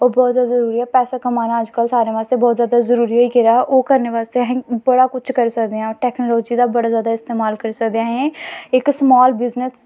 ओह् बौह्त गै जरूरी ऐ पैसे कमाना अज्ज कल सारें बास्तै बौह्त जादा जरूरी होई गेदा ओह् करने बास्तै अस बड़ा कुछ करी सकदे आं टैकनालजी दा बड़ा जादा इस्तमाल करी सकदे आं असें इक स्माल बिज़नस